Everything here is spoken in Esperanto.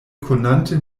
konante